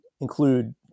include